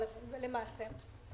כי